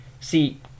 see